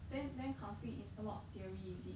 then then counselling is a lot of theory is it